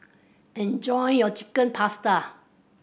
enjoy your Chicken Pasta